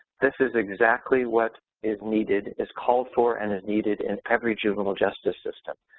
this is exactly what is needed, is called for and is needed in every juvenile justice system.